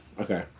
okay